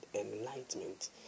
enlightenment